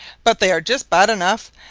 but they are just bad enough,